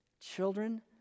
Children